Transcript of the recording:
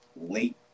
late